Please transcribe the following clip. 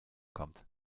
kommt